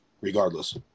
regardless